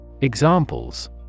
Examples